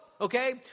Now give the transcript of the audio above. okay